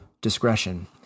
discretion